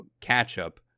catch-up